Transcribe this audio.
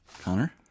Connor